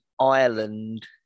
Ireland